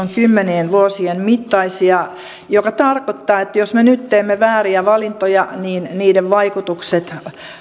ovat kymmenien vuosien mittaisia mikä tarkoittaa että jos me nyt teemme vääriä valintoja niin niiden vaikutukset